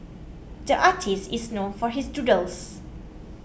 the artist is known for his doodles